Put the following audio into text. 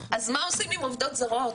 אז מה עושים עם עובדות זרות?